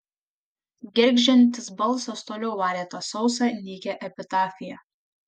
gergždžiantis balsas toliau varė tą sausą nykią epitafiją